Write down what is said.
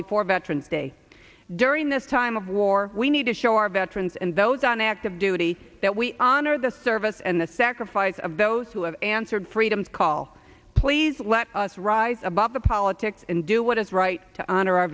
before veterans day during this time of war we need to show our veterans and those on active duty that we honor the service and the sacrifice of those who have answered freedom's call please let us rise above the politics and do what is right to honor our